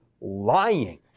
lying